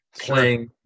playing